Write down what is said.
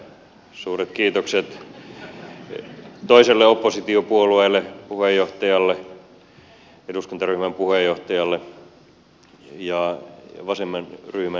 suuret kiitokset toiselle oppositiopuolueelle puheenjohtajalle eduskuntaryhmän puheenjohtajalle ja vasenryhmän edustajille